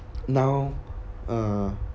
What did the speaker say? now uh